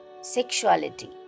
sexuality